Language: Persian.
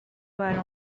برای